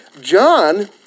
John